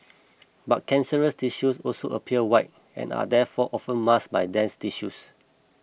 but cancerous tissues also appear white and are therefore often masked by dense tissues